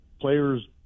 players